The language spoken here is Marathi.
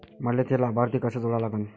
मले थे लाभार्थी कसे जोडा लागन?